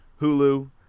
hulu